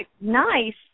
nice